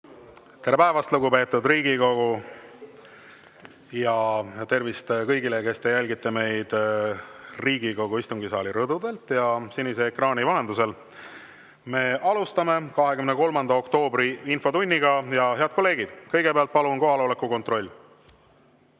Tere päevast, lugupeetud Riigikogu! Tervist kõigile, kes te jälgite meid Riigikogu istungisaali rõdudelt ja sinise ekraani vahendusel. Me alustame 23. oktoobri infotunniga. Head kolleegid, kõigepealt palun kohaloleku kontroll.